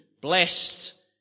blessed